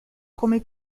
come